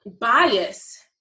bias